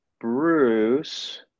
Bruce